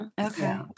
Okay